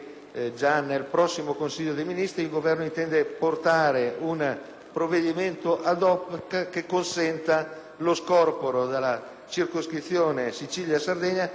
già nel prossimo Consiglio dei ministri il Governo intende portare un provvedimento *ad hoc* che consenta lo scorporo della Sardegna dalla circoscrizione Sicilia-Sardegna,